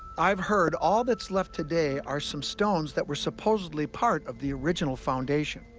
i've heard all that's left today are some stones that were supposedly part of the original foundation.